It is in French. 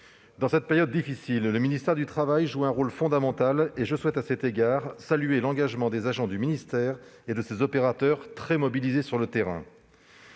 Dans cette période difficile, le ministère du travail joue un rôle fondamental. Je salue l'engagement des agents du ministère et de ses opérateurs, très mobilisés sur le terrain.